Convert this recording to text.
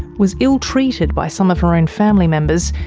was ill-treated by some of her own family members,